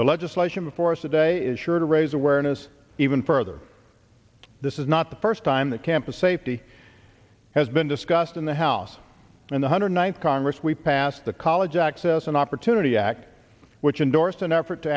the legislation before us today is sure to raise awareness even further this is not the first time that campus safety has been discussed in the house and the hundred ninth congress we passed the college access and opportunity act which endorsed an effort to